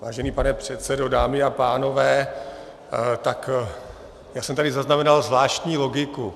Vážený pane předsedo, dámy a pánové, já jsem tady zaznamenal zvláštní logiku.